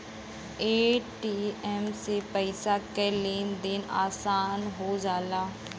ATM से पइसा के लेन देन आसान हो जाला